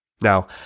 Now